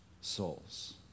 souls